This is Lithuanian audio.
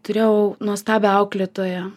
turėjau nuostabią auklėtoją